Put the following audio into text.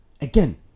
again